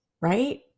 right